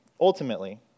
Ultimately